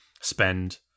spend